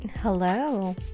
hello